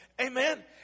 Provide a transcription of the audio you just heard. Amen